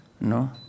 No